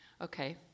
okay